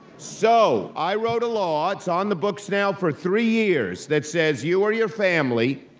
so, i wrote a law, it's on the books now for three years, that says you, or your family,